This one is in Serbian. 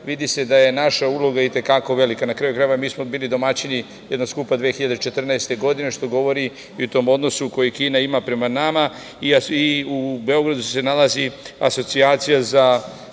vidi se da je naša uloga i te kako velika. Na kraju krajeva, mi smo bili domaćini jednog skupa 2014. godine, što govori i o tom odnosu koji Kina ima prema nama i Beogradu se nalazi Asocijacija za